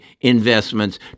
investments